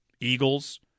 Eagles